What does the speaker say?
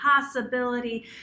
possibility